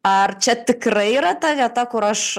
ar čia tikrai yra ta vieta kur aš